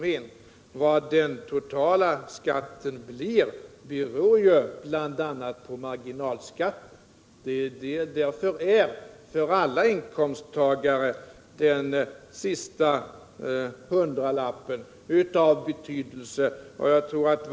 Hur stor den totala skatten blir beror ju bl.a. på marginalskatten, och därför är den sista hundralappen 119 av betydelse för alla inkomsttagare.